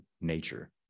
nature